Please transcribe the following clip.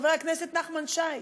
חבר הכנסת נחמן שי,